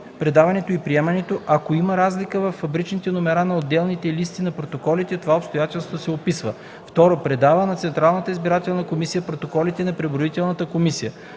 предаването и приемането; ако има разлика във фабричните номера на отделните листи на протоколите, това обстоятелство се описва; 2. предава на Централната избирателна комисия протоколите на преброителната комисия.